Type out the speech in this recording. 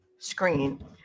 screen